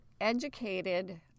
educated